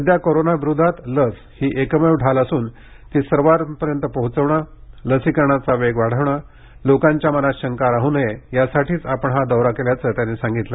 सध्या कोरोना विरोधात लस ही एकमेव ढाल असून ती सर्वांपर्यत पोहचवणे लसीकरणाचा वेग वाढवणे लोकांच्या मनात शंका राहू नये यासाठीच आपण हा दौरा केल्याचं त्यांनी सागितलं